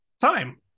Time